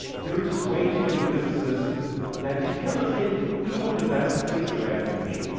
there are just way too many businesses that you cannot scale even with the best facebook ad campaign.